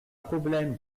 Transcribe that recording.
problème